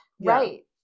right